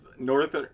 north